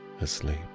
asleep